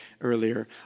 earlier